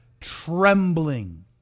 trembling